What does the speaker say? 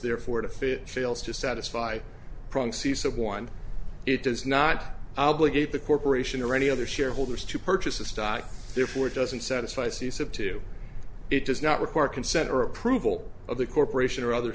therefore to fish fails to satisfy proxies of one it does not obligate the corporation or any other shareholders to purchase a stock therefore it doesn't satisfy csub to it does not require consent or approval of the corporation or other